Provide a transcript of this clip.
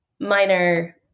minor